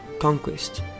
Conquest